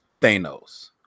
thanos